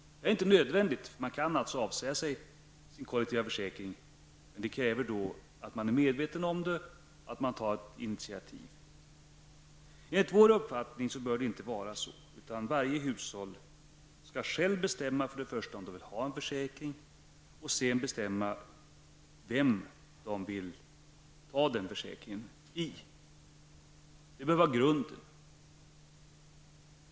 Detta är inte nödvändigt. Man kan alltså avsäga sig sin kollektiva försäkring, men det kräver att man är medveten och att man tar ett initiativ. Enligt vår åsikt bör det inte vara på det sättet. Varje hushåll skall för det första bestämma om man vill ha någon försäkring och för det andra var försäkringen skall tecknas. Detta bör vara grunden.